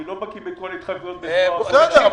אני לא בקיא בכל ההתחייבויות בזרוע העבודה.